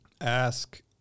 ask